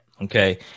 okay